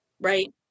right